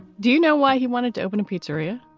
do you know why he wanted to open a pizzeria?